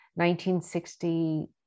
1960